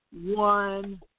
one